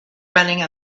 running